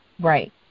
Right